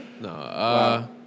No